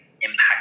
impact